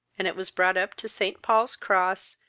and it was brought up to st. paul's cross,